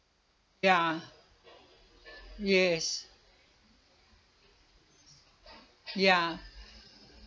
ya yes ya